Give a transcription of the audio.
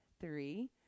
three